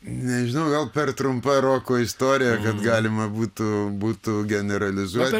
nežinau gal per trumpa roko istorija kad galima būtų būtų generalizuoti